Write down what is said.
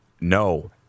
no